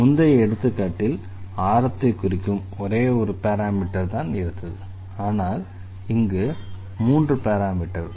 முந்தைய எடுத்துக்காட்டில் ஆரத்தை குறிக்கும் ஒரே ஒரு பாராமீட்டர் தான் இருந்தது ஆனால் இங்கு மூன்று பாராமீட்டர்கள்